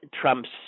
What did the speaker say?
Trump's